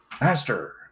master